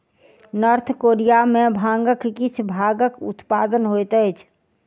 north Korea में भांगक किछ भागक उत्पादन होइत अछि